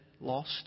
lost